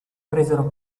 presero